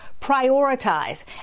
prioritize